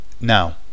Now